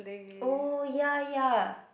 oh ya ya